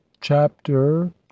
Chapter